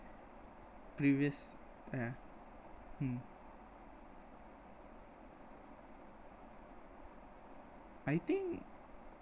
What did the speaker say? previous yah mm I think